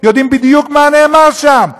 יודעים בדיוק מה נאמר שם,